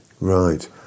Right